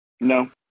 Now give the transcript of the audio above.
No